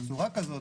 בצורה כזו,